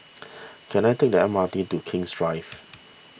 can I take the M R T to King's Drive